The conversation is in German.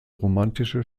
romantische